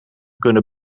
kunnen